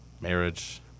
marriage